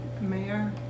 Mayor